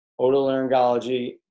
otolaryngology